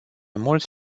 mulți